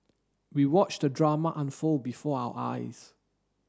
we watched the drama unfold before our eyes